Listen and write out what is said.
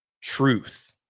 truth